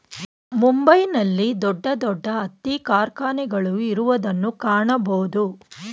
ಮುಂಬೈ ನಲ್ಲಿ ದೊಡ್ಡ ದೊಡ್ಡ ಹತ್ತಿ ಕಾರ್ಖಾನೆಗಳು ಇರುವುದನ್ನು ಕಾಣಬೋದು